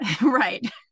Right